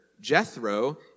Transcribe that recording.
Jethro